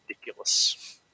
ridiculous